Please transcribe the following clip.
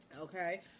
okay